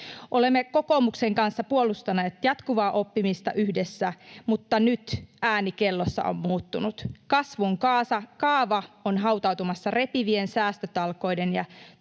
Olemme kokoomuksen kanssa puolustaneet jatkuvaa oppimista yhdessä, mutta nyt ääni kellossa on muuttunut. Kasvun kaava on hautautumassa repivien säästötalkoiden